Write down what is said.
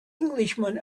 englishman